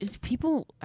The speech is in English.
people